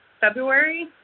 February